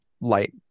light